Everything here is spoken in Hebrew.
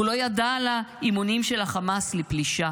הוא לא ידע על האימונים של החמאס לפלישה,